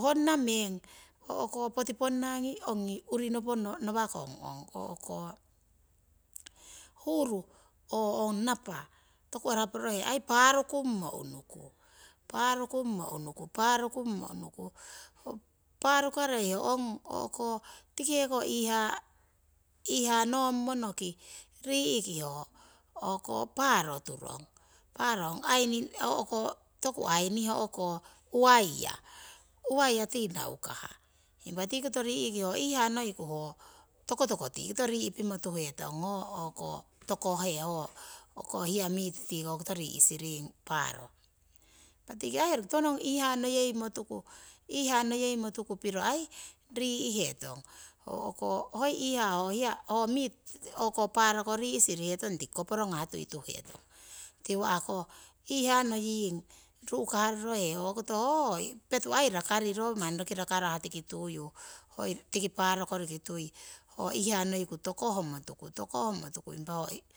honna meng o'ko poti ponnangi ongi uurinopo ngawakong ong o'ko huuru oo ong napa toku araporohe aii parukummo unuku, paarukummo unuku, paarukummo unuku. Ho parukarei ong o'ko tiki heko iihaa iihaa nommonoki rii'ki ho o'ko paaro turong. Paaro ong haini o'ko toku haini o'ko uwaiya, uwaiya tii naukah impa tiki koto rii'ki naukah ho iihaa noiku ho tokotoko tikoto rii' pimo tuhetong tii koto ho hiya tokoh he miit tii koto siring paaro. Impa tiki aii roki tiwoning ho iihaa neyeimo tuku, iihaa neyeimo tuku piro aii rii'hetong. Hoi iihaa ho hiya miiti o'ko paaroko rii' sirihetong tiki koporongah tuituhetong tiwa'ko iihaa noying ru'kahrorohe hokoto aii hoi koto petu rakariro manni roki rakariro roki rakarah tiki tuyu hoi tiki paarokori ki tuyu hoi iihaa noiku tokohmotuku tokohmotuku, impa ho iihaa